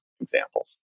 examples